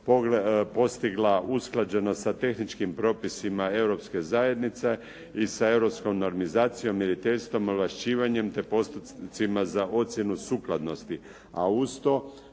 postigla usklađenost sa tehničkim propisima Europske zajednice i sa europskom normizacijom, mjeriteljstvom, ovlašćivanjem te postocima za ocjenu sukladnosti, a uz to